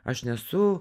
aš nesu